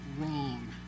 wrong